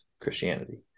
Christianity